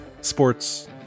sports